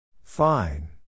Fine